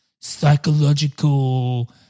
psychological